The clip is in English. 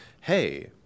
hey